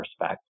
respect